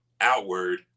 outward